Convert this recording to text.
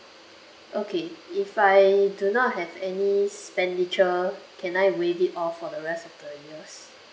okay if I do not have any expenditure can I waive it off for the rest of the years